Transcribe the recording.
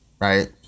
right